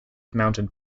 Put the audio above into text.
mounted